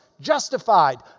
justified